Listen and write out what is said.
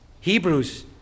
Hebrews